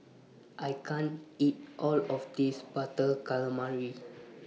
I can't eat All of This Butter Calamari